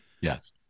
Yes